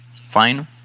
fine